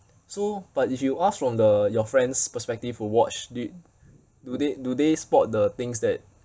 so but if you ask from the your friends' perspective who watched did do they do they spot the things that